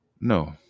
No